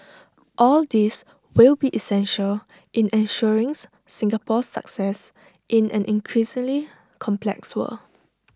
all these will be essential in ensuring Singapore's success in an increasingly complex world